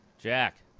Jack